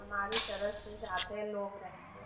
हमारी तरफ से ज़्यादा लोग रहेंगे